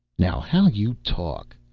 now how you talk!